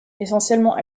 essentiellement